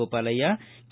Gopalaiah K